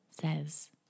says